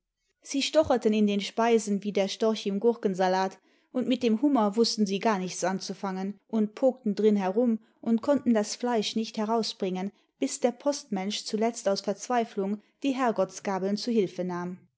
sie stocherten in den speisen wie der storch im gurkensalat und mit dem hunmier wußten sie gar nichts anzufangen und pokten drin herum und konnten das fleisch nicht herausbringen bis der postmensch zuletzt aus verzweiflung die herrgottsgabeln zu hilfe nahm